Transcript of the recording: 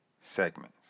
segments